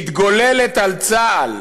שמתגוללת על צה"ל,